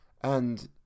And